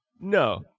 No